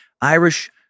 Irish